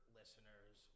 listeners